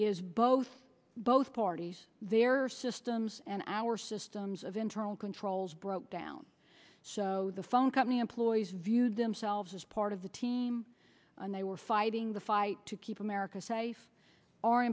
is both both parties there are systems and our systems of internal controls broke down so the phone company employees view themselves as part of the team and they were fighting the fight to keep america safe o